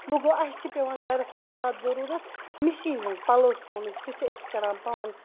وۄنۍ گوٚو اَسہِ چھُ پیٚوان گَرَس مَنٛز زیاد ضوٚروٗرَت مِشیٖن ہٕنٛز پَلَو سُونٕچ سہُ چھِ أسۍ کَران پانہٕ